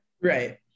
right